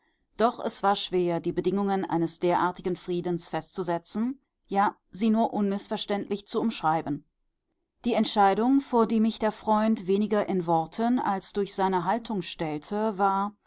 doch es war schwer die bedingungen eines derartigen friedens festzusetzen ja sie nur unmißverständlich zu umschreiben die entscheidung vor die mich der freund weniger in worten als durch seine haltung stellte war